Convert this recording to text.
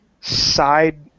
side